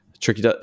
tricky